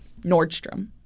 Nordstrom